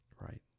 Right